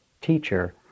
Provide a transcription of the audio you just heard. teacher